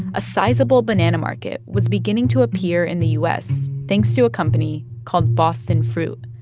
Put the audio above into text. a sizeable banana market was beginning to appear in the u s. thanks to a company called boston fruit.